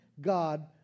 God